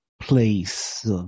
place